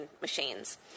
machines